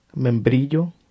Membrillo